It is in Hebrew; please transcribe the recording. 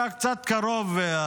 אתה קצת קרוב.